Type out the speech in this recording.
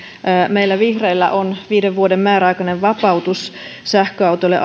meillä vihreillä on viiden vuoden määräaikainen vapautus sähköautoille